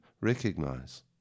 recognize